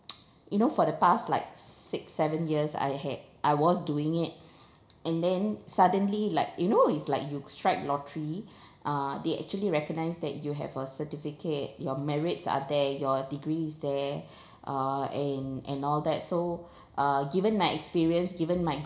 you know for the past like six seven years I had I was doing it and then suddenly like you know it's like you strike lottery uh they actually recognize that you have a certificate your merits are there your degree is there uh and and all that so uh given my experience given my